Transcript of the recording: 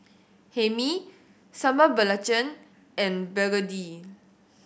Hae Mee Sambal Belacan and begedil